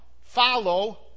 Follow